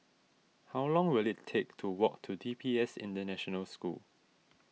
how long will it take to walk to D P S International School